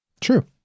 True